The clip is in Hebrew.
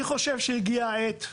אני חושב שהגיעה העת.